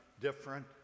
different